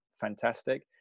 fantastic